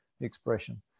expression